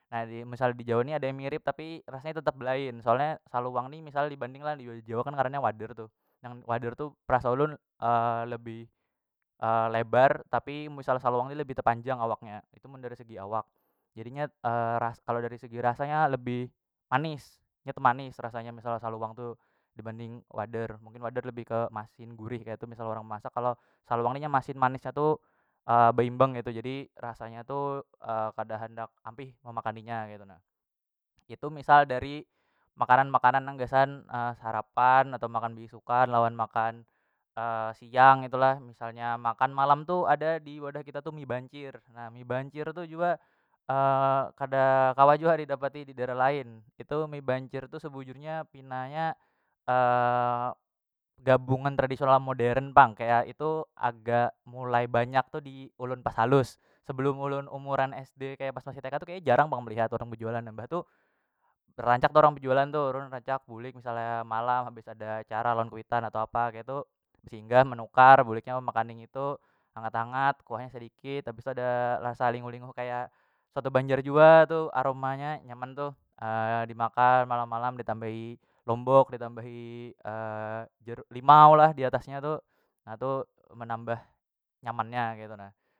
Nah misal di jawa ni ada yang mirip tapi rasanya tetap belain soalnya saluang ni misalnya dibanding lah di jawa kan ngarannya wader tu nang wader tu perasa ulun lebih lebar tapi misal saluang ni lebih tepanjang awaknya itu mun dari segi awak, jadinya ras kalo dari segi rasa nya lebih manis nya temanis rasanya misal saluang tu dibanding wader mungkin wader lebih ke masin gurih ketu misal urang bemasak kalo saluang ni inya masin manis nya tu beimbang ketu jadi rasanya tu kada handak ampih memakani nya ketu na itu misal dari makanan- makanan nang gasan sarapan atau makanan beisukan lawan makan siang ketu lah misalnya makan malam tu ada diwadah kita tu mie bancir na mie bancir tu jua kada kawa jua didapati didaerah lain itu mie bancir tu sebujurnya pina nya gabungan tradisional modern pang kaya itu agak mulai banyak tu di ulun pas halus sebelum ulun umuran sd kaya pas masih tk tu kaya nya jarang pang melihat orang bejualan. Mbah tu rancak tu orang bejualan tu ulun rancak bulik misalnya malam habis ada acara lawan kuitan atau apa ketu besinggah menukar buliknya memakani ngitu hangat- hangat kuah nya sedikit habis tu ada rasa lingu- linguh kaya soto banjar jua tu aroma nya nyaman tuh dimakan malam- malam ditambahi lombok ditambahi jeru limau lah diatasnya nya tu na tu menambah nyamannya ketu na.